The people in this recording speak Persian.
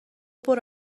برو